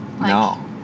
No